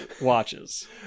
watches